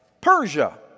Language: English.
Persia